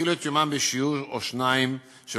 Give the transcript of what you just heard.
התחילו את יומם בשיעור או שניים של